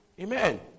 Amen